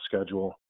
schedule